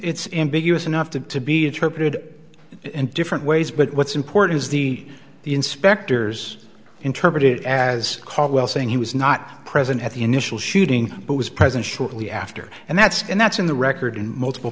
in big us enough to to be interpreted in different ways but what's important is the the inspectors interpret it as caldwell saying he was not present at the initial shooting but was present shortly after and that's and that's in the record in multiple